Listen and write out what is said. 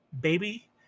Baby